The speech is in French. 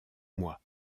moi